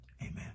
amen